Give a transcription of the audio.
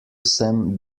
sem